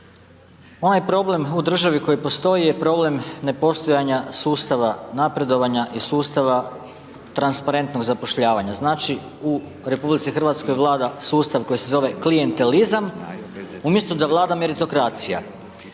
ovaj problem u državi koji postoji je problem nepostojanja sustava napredovanja i sustava transparentnog zapošljavanja. Znači u RH vlada sustav koji se zove klijentalizam umjesto da vlada meritokracija.